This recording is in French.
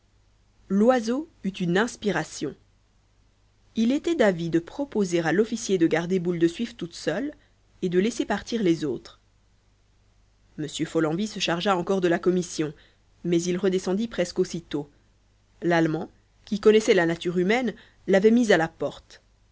loiseau eut une inspiration il était d'avis de proposer à l'officier de garder boule de suif toute seule et de laisser partir les autres m follenvie se chargea encore de la commission mais il redescendit presque aussitôt l'allemand qui connaissait la nature humaine l'avait mis à la porte